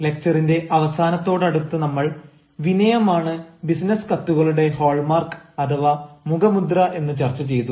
ലക്ച്ചറിന്റെ അവസാനത്തോടടുത്ത് നമ്മൾ വിനയമാണ് ബിസിനസ് കത്തുകളുടെ ഹാൾമാർക്ക് അഥവാ മുഖമുദ്ര എന്ന് ചർച്ച ചെയ്തു